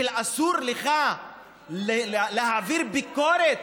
של אסור לך להעביר ביקורת